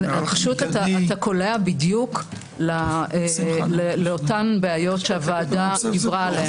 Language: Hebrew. אתה קולע בדיוק לאותן בעיות שהוועדה דיברה עליהן.